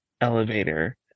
elevator